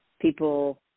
people